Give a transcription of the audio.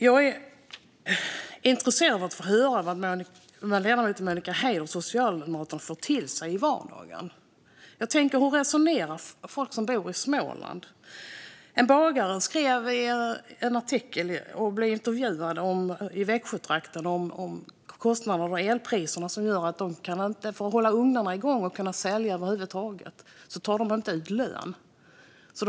Jag är intresserad av att få höra vad ledamoten Monica Haider från Socialdemokraterna får till sig i vardagen. Hur resonerar folk som bor i Småland? En bagare i Växjötrakten blev intervjuad i en artikel om kostnaderna för el. För att hålla ugnarna igång och över huvud taget kunna sälja något tar de inte ut någon lön.